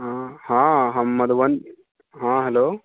हँ हँ हम मधबन हँ हेलो